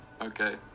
Okay